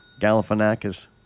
Galifianakis